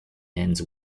ends